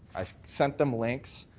i sent them links.